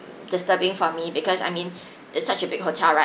disturbing for me because I mean it's such a big hotel right